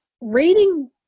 reading